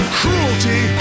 cruelty